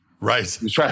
Right